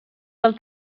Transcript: del